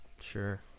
Sure